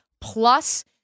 plus